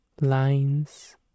lines